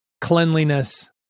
cleanliness